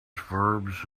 verbs